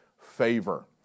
favor